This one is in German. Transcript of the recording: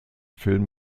film